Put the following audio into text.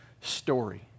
story